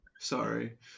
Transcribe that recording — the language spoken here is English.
Sorry